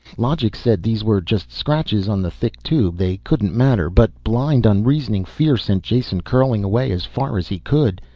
logic said these were just scratches on the thick tube. they couldn't matter. but blind, unreasoning fear sent jason curling away as far as he could.